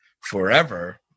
forever